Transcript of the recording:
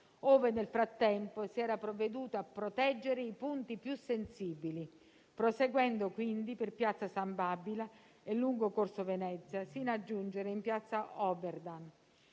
ove nel frattempo si era provveduto a proteggere i punti più sensibili, proseguendo quindi per Piazza San Babila e lungo Corso Venezia, sino a giungere in Piazza Oberdan.